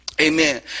Amen